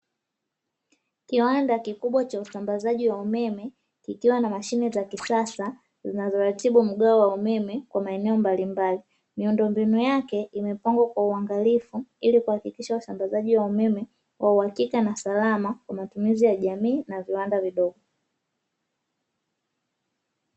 Kiwanda kikubwa cha usambazaji wa umeme, kikiwa na mashine za kisasa zinazoratibu mgao wa umeme, kwa maeneo mbalimbali, miundombinu yake imepangwa kwa uangalifu, ili kuhakikisha usambazaji wa umeme, wa uhakika na salama kwa matumizi ya jamii na viwanda vidogo.